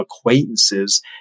acquaintances